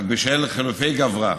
ורק בשל חילופי גברי